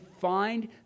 find